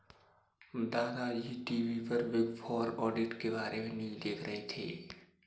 दादा जी टी.वी पर बिग फोर ऑडिटर के बारे में न्यूज़ देख रहे थे